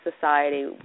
society